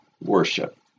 worship